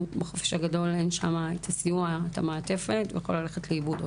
לו בחופש את הסיוע והמעטפת הוא יכול ללכת לאיבוד.